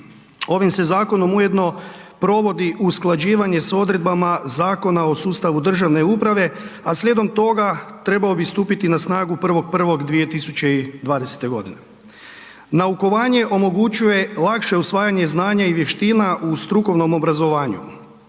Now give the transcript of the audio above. Ovim se zakonom ujedno provodi usklađivanje s odredbama Zakona o sustavu državne uprave, a slijedom toga, trebao bi stupiti na snagu 1.1.2020. g. Naukovanje omogućuje lakše usvajanje znanja i vještina u strukovnom obrazovanja.